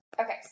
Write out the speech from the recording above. Okay